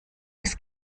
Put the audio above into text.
des